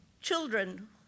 children